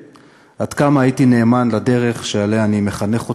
עד כמה הייתי נאמן לדרך שבה אני מחנך אותם: